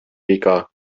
viga